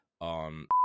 on